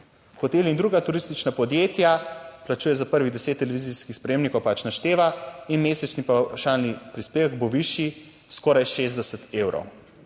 hoteli in druga turistična podjetja plačujejo za prvih deset televizijskih sprejemnikov, pač našteva in mesečni pavšalni prispevek bo višji, skoraj 60 evrov.